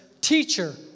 Teacher